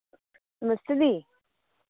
नमस्ते दी